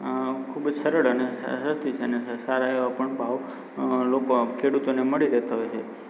ખૂબ જ સરળ અને સારા એવા પણ ભાવ લોકો ખેડૂતોને મળી રહેતા હોય છે